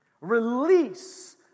release